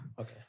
Okay